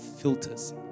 filters